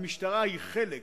והמשטרה היא חלק,